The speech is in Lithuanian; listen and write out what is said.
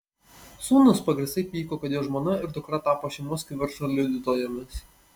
sūnus pagrįstai pyko kad jo žmona ir dukra tapo šeimos kivirčo liudytojomis